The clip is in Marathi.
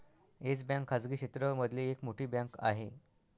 येस बँक खाजगी क्षेत्र मधली एक मोठी बँक आहे